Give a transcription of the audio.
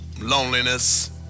loneliness